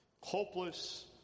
Hopeless